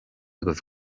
agaibh